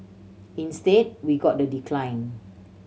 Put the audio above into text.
instead we got the decline